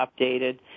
updated